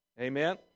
Amen